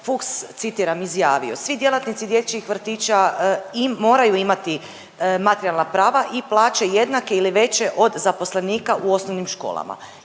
Fuchs citiram izjavio: „Svi djelatnici dječjih vrtića moraju imati materijalna prava i plaće jednake ili veće od zaposlenika u osnovnim školama.“